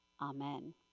Amen